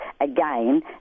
again